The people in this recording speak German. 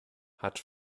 hat